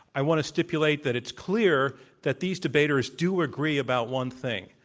i want to stipulate that it's clear that these debaters do agree about one thing.